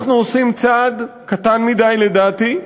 אנחנו עושים צעד קטן מדי, לדעתי,